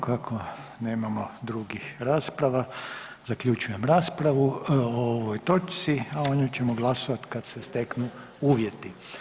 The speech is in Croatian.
Kako nemamo drugih rasprava, zaključujem raspravu o ovoj točci, a o njoj ćemo glasovati kada se steknu uvjeti.